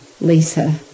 Lisa